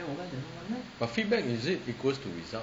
but feedback is it equal to result